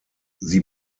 sie